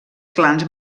clans